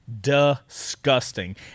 disgusting